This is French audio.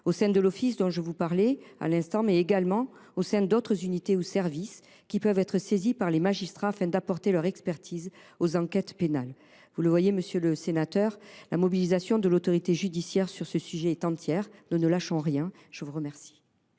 atteintes à l’environnement et la santé publique, mais également au sein d’autres unités ou services qui peuvent être saisis par les magistrats afin d’apporter leur expertise aux enquêtes pénales. Comme vous le voyez, monsieur le sénateur, la mobilisation de l’autorité judiciaire sur ce sujet est entière. Nous ne lâchons rien. La parole